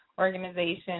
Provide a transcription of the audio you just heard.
organization